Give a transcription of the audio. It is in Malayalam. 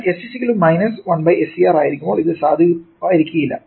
എന്നാൽ s 1SCR ആയിരിക്കുമ്പോൾ ഇത് സാധുവായിരിക്കില്ല